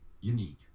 unique